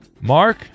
mark